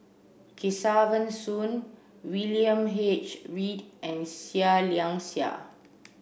Kesavan Soon William H Read and Seah Liang Seah